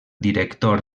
director